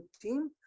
team